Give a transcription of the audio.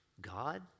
God